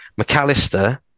McAllister